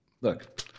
Look